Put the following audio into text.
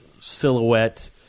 silhouette